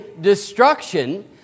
destruction